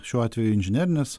šiuo atveju inžinerines